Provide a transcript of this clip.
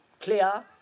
clear